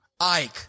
Ike